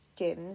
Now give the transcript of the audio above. gyms